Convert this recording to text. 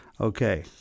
Okay